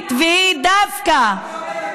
מה היא